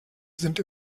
sind